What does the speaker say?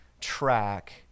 track